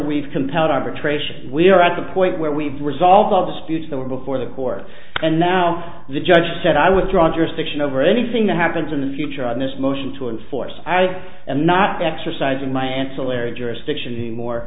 we've compelled arbitration we're at the point where we've resolved all disputes that were before the court and now the judge said i would draw jurisdiction over anything that happens in the future on this motion to enforce i am not exercising my ancillary jurisdiction anymore